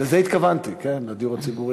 לזה התכוונתי, כן, לדיור הציבורי.